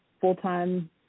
full-time